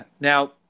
Now